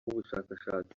ubushakashatsi